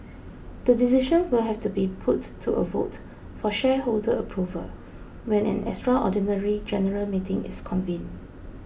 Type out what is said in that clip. the decision will have to be put to a vote for shareholder approval when an extraordinary general meeting is convened